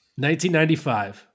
1995